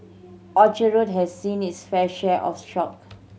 Orchard Road has seen it's fair share of shock